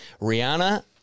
Rihanna